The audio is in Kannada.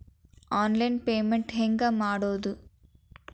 ಆನ್ಲೈನ್ ಪೇಮೆಂಟ್ ಹೆಂಗ್ ಮಾಡೋದು?